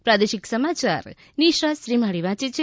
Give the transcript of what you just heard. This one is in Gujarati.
પ્રાદેશિક સમાચાર નિશા શ્રીમાળી વાંચ છે